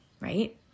Right